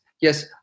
yes